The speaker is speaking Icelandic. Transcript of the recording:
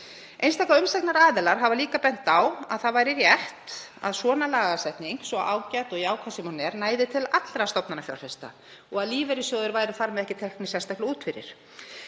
Einstaka umsagnaraðilar hafa líka bent á að það væri rétt að svona lagasetning, svo ágæt og jákvæð sem hún er, næði til allra stofnanafjárfesta og að lífeyrissjóðirnir væru þar ekki teknir sérstaklega út fyrir.